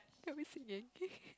got me singing